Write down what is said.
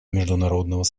международного